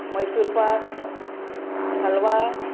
Mysore pak halwa